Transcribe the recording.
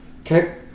Okay